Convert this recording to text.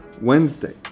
Wednesday